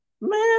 Man